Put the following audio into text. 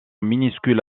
minuscule